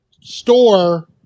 store